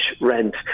rent